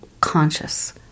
conscious